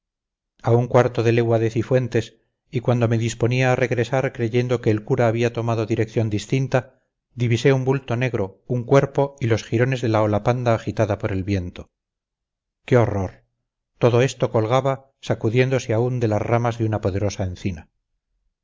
a un cuarto de legua de cifuentes y cuando me disponía a regresar creyendo que el cura había tomado dirección distinta divisé un bulto negro un cuerpo y los jirones de la hopalanda agitada por el viento qué horror todo esto colgaba sacudiéndose aún de las ramas de una poderosa encina